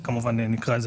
אני אסביר את